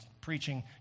preaching